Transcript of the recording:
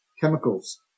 chemicals